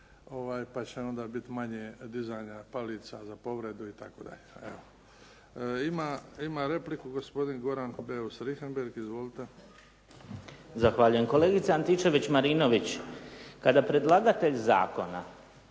pa će onda biti manje dizanja palica za povredu itd.. Evo, ima repliku gospodin Goran Beus-Richembergh, izvolite. **Beus Richembergh, Goran (HNS)** Zahvaljujem. Kolegice Antičević-Marinović, kada predlagatelj zakona